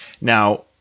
Now